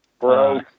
Bro